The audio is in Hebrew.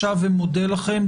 שב ומודה לכם.